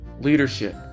Leadership